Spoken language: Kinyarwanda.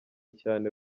cyane